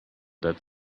that